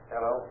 Hello